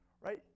right